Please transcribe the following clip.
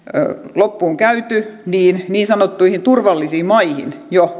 loppuun käyty laittaa alulle prosessin karkottamisesta niin sanottuihin turvallisiin maihin elikkä voitaisiinko jo